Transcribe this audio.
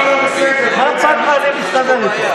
זה לא מספיק, יש עדיין רציחות, יש.